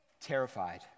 terrified